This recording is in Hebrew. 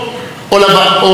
קילר אינסטינקט.